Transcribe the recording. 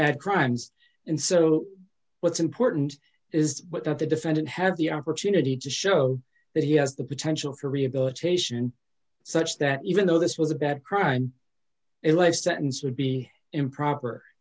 at crimes and so what's important is what the defendant has the opportunity to show that he has the potential for rehabilitation such that even though this was a bad crime a life sentence would be improper